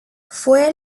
fue